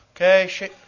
Okay